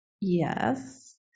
Yes